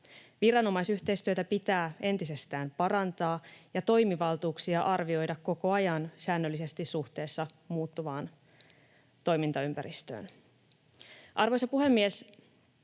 Viranomaisyhteistyötä pitää entisestään parantaa ja toimivaltuuksia arvioida koko ajan säännöllisesti suhteessa muuttuvaan toimintaympäristöön. Arvoisa puhemies!